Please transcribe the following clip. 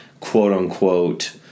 quote-unquote